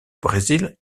brésil